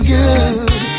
good